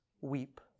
weep